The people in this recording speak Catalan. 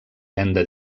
venda